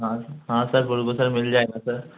हाँ सर हाँ सर बिल्कुल सर मिल जाएगा सर